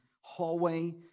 hallway